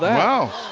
wow.